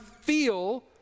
feel